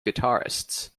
guitarists